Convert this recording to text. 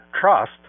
Trust